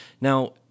Now